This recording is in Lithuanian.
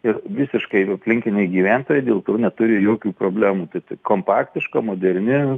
ir visiškai aplinkiniai gyventojai dėl to neturi jokių problemų tai tai kompaktiška moderni